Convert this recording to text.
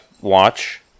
watch